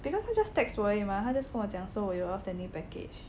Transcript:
because 它 just text 我而已嘛它 just 跟我讲说我有 outstanding package